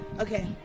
Okay